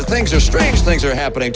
the things are strange things are happening